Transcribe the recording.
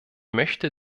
möchte